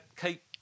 keep